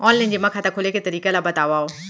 Online जेमा खाता खोले के तरीका ल बतावव?